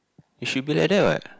is she play like that what